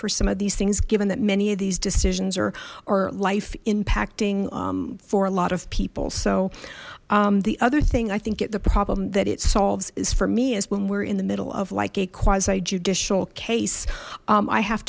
for some of these things given that many of these decisions are life impacting for a lot of people so the other thing i think it the problem that it solves is for me as when we're in the middle of like a quasi judicial case i have